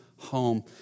Home